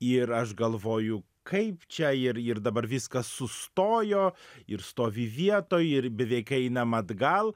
ir aš galvoju kaip čia ir ir dabar viskas sustojo ir stovi vietoj ir beveik einam atgal